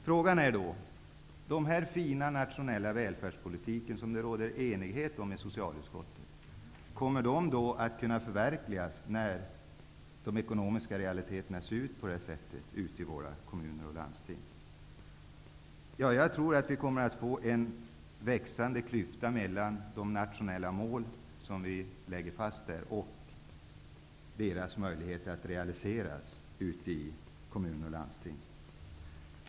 Frågan är då: Kommer den fina välfärdspolitik som det råder enighet om i socialutskottet att kunna förverkligas när de ekonomiska realiteterna ser ut på detta sätt i kommuner och landsting? Jag tror att vi kommer att få en växande klyfta mellan de nationella mål som vi lägger fast och deras möjligheter att realiseras i kommuner och landsting.